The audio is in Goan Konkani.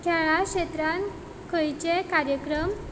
खेळा क्षेत्रांत खंयचे कार्यक्रम